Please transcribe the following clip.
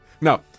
No